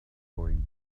going